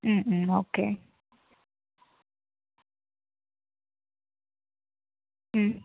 okay